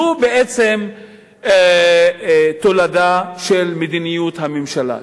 זו בעצם תולדה של מדיניות הממשלה,